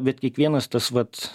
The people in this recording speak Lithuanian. bet kiekvienas tas vat